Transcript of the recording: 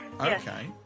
Okay